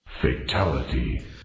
Fatality